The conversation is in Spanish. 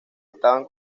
estaban